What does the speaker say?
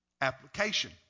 Application